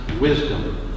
wisdom